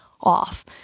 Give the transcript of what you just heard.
off